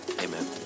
Amen